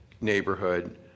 neighborhood